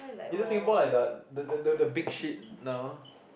isn't Singapore like the the the the big shit no